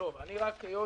היות